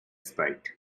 sprite